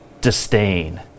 disdain